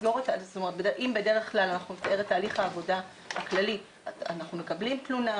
תהליך העבודה הכללי הוא שאנחנו מקבלים תלונה,